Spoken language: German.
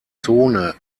zone